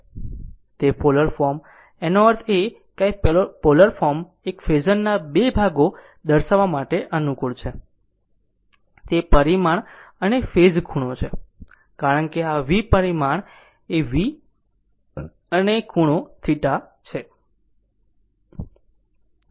તે polar form આનો અર્થ એ કે આ એક પોલર ફોર્મ એક ફેઝરના 2 ભાગો દર્શાવવા માટે અનુકૂળ છે તે પરિમાણ અને ફેઝ ખૂણો છે કારણ કે આ v પરિમાણ એ અને એક ખૂણો θ છે